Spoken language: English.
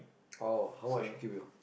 orh how much give you